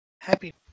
happy